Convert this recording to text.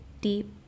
deep